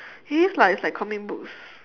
it is lah it's like comic books